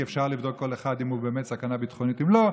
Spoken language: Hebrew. כי אפשר לבדוק כל אחד אם הוא באמת סכנה ביטחונית או לא.